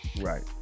right